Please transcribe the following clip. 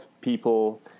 people